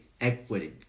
equity